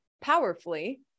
powerfully